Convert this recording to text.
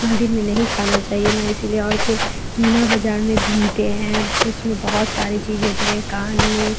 मंदिर में नहीं खाना चाहिए ना इसीलिए और फिर मीना बाज़ार में घूमते हैं उसमें बहुत सारी चीज़ें होती हैं कान में